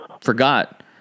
forgot